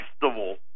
festival